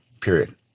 period